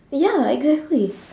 ya exactly